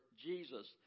Jesus